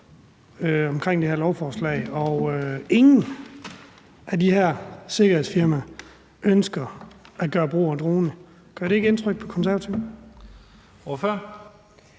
omkring det her lovforslag, og ingen af de her sikkerhedsfirmaer ønsker at gøre brug af droner. Gør det ikke indtryk på Konservative? Kl.